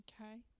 okay